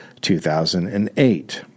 2008